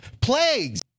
plagues